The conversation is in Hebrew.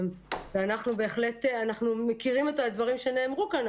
אנחנו בהחלט מכירים את הדברים שנאמרו כאן,